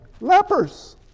lepers